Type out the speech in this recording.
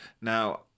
Now